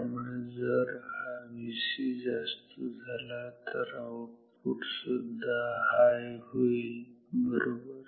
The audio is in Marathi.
त्यामुळे जर हा Vc जास्त झाला तर आउटपुट सुद्धा हाय होईल बरोबर